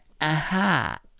aha